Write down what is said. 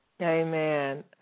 Amen